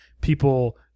people